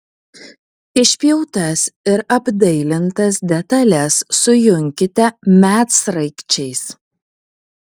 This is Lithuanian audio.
išpjautas ir apdailintas detales sujunkite medsraigčiais